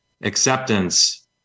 Acceptance